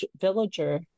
villager